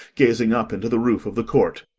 gazing up into the roof of the court.